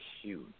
huge